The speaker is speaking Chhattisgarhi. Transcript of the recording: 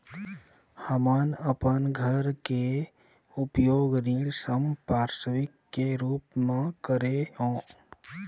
हमन अपन घर के उपयोग ऋण संपार्श्विक के रूप म करे हों